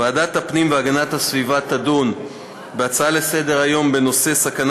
ועדת הפנים והגנת הסביבה תדון בהצעה לסדר-היום בנושא: הסכנה